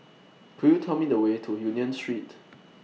Could YOU Tell Me The Way to Union Street